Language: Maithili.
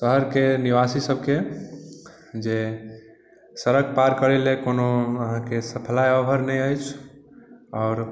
शहरके निवासी सबके जे सड़क पार करैलए कोनो अहाँके फ्लाइओवर नहि अछि आओर